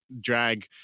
drag